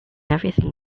everything